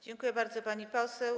Dziękuję bardzo, pani poseł.